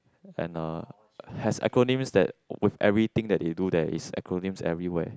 and uh has acronyms that with everything that you do there is acronyms everywhere